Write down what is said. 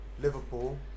Liverpool